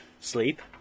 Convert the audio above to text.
sleep